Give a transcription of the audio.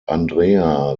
andrea